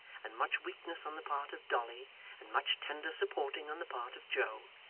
and much weakness on the part of dolly and much tender supporting on the part of joe,